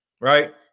right